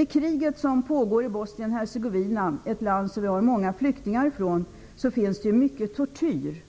I kriget som pågår i Bosnien-Hercegovina, ett land som vi har många flyktingar från, förekommer mycket tortyr.